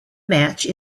match